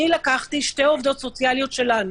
לקחתי שתי עובדות סוציאליות שלנו,